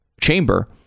chamber